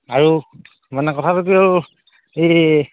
আৰু মানে কথাটো কি হ'ল এই